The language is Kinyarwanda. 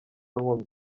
nkomyi